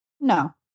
No